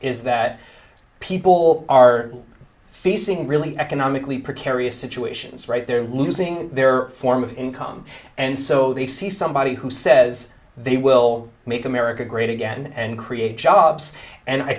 is that people are facing really economically precarious situations right they're losing their form of income and so they see somebody who says they will make america great again and create jobs and i